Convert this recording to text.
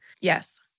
Yes